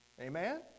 Amen